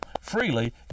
freely